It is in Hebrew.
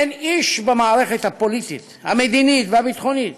אין איש במערכת הפוליטית, המדינית והביטחונית